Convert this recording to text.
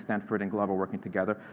stanford and glove are working together.